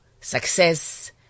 success